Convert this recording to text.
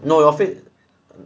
no you it